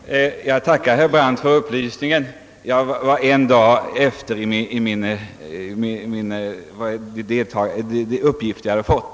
Herr talman! Jag tackar herr Brandt för upplysningen. Jag var en dag efter i de uppgifter jag fått.